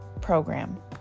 program